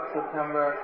September